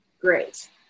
great